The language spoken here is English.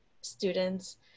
students